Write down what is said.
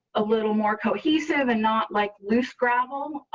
a little more cohesive and not like loose gravel,